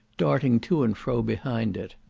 darting to and fro behind it.